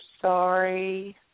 sorry